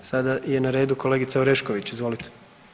Sada je na redu kolegice Orešković, izvolite.